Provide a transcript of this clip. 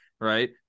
Right